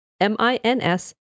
M-I-N-S